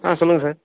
ஆ சொல்லுங்கள் சார்